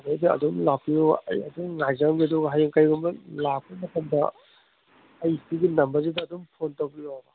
ꯁꯤꯗꯩꯗ ꯑꯗꯨꯝ ꯂꯥꯛꯄꯤꯌꯨ ꯑꯩ ꯑꯗꯨꯝ ꯉꯥꯏꯖꯔꯝꯒꯦ ꯍꯌꯦꯡ ꯀꯩꯒꯨꯝꯕ ꯂꯥꯛꯄ ꯃꯇꯝꯗ ꯑꯩ ꯁꯤꯒꯤ ꯅꯝꯕꯔꯁꯤꯗ ꯑꯗꯨꯝ ꯐꯣꯟ ꯇꯧꯕꯤꯔꯛꯑꯣ